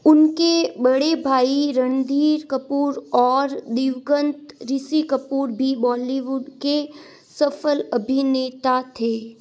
उनके बड़े भाई रणधीर कपूर और दिवगंत ऋषि कपूर भी बॉलीवुड के सफल अभिनेता थे